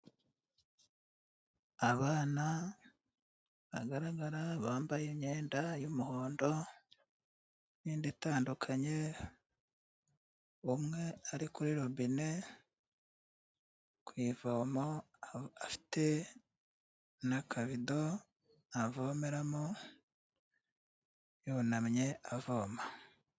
Abana bagaragara, bambaye imyenda y'umuhondo n'indi itandukanye, umwe ari kuri robine, ku ivomo, afite n'akabido avomeramo, yunamye avoma.